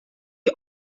you